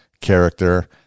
character